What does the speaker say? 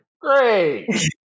Great